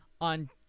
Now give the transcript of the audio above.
on